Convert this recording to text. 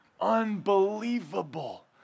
Unbelievable